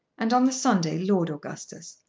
and on the sunday lord augustus.